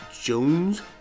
Jones